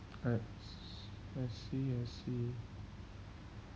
I I see I see